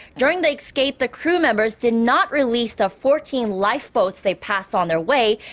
during the escape, the crew members did not release the fourteen life floats they passed on their way.